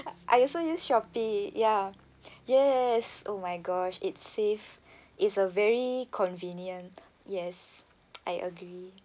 I also use shopee ya yes oh my gosh it's save is a very convenient yes I agree